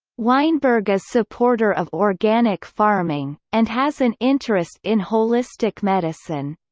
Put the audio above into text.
weinberg is supporter of organic farming, and has an interest in holistic medicine.